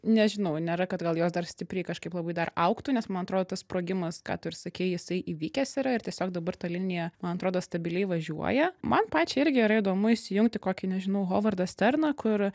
nežinau nėra kad gal jos dar stipriai kažkaip labai dar augtų nes man atrodo tas sprogimas ką tu ir sakei jisai įvykęs yra ir tiesiog dabar ta linija man atrodo stabiliai važiuoja man pačiai irgi yra įdomu įsijungti kokį nežinau hovardą sterną kur